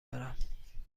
دارم